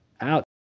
out